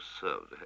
served